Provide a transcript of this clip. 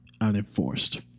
unenforced